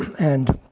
and